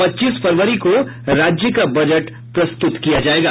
पच्चीस फरवरी को राज्य का बजट प्रस्तुत किया जायेगा